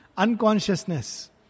Unconsciousness